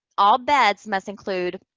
all beds must include